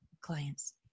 clients